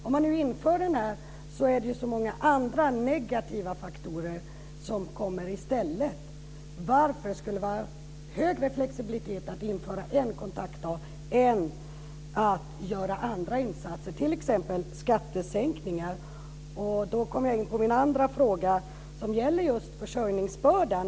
Om man nu inför den är det ju så många andra negativa faktorer som kommer i stället. Varför skulle det vara högre flexibilitet att införa en kontaktdag än att göra andra insatser, t.ex. skattesänkningar? Då kommer jag in på min andra fråga, som gäller just försörjningsbördan.